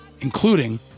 including